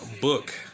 book